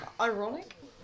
Ironic